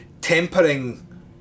tempering